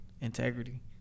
integrity